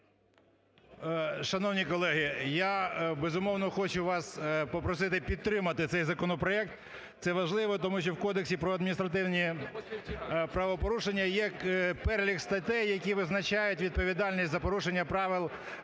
Шановні колеги, я, безумовно, хочу вас попросити підтримати цей законопроект, це важливо, тому що в Кодексі про адміністративні правопорушення є перелік статей, які визначають відповідальність за порушення правил